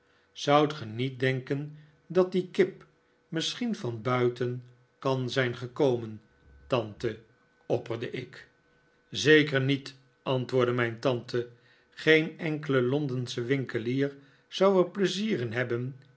zoudt ge niet denken dat die kip misschien van buiten kan zijn gekomen tante opperde ik zeker niet antwoordde mijn tante geen enkele londensche winkelier zou er pleizier in hebben